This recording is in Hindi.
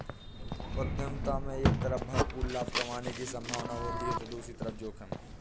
उद्यमिता में एक तरफ भरपूर लाभ कमाने की सम्भावना होती है तो दूसरी तरफ जोखिम